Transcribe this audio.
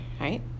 right